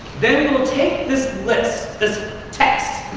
then we'll take this list, this text.